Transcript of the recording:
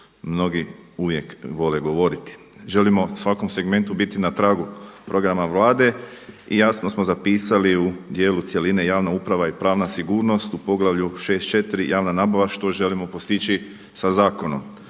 mnogi uvijek vole govoriti. Želimo svakom segmentu biti na tragu programa Vlade i jasno smo zapisali u djelu cjeline javna uprava i pravna sigurnost u poglavlju 6.4. javna nabava što želimo postići sa zakonom?